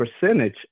percentage